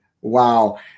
Wow